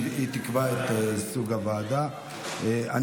והיא תעבור לוועדת העבודה והרווחה?